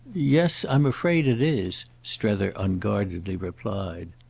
yes i'm afraid it is, strether unguardedly replied.